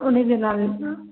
उनजे नाले सां